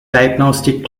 diagnostic